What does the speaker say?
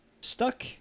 Stuck